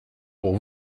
pour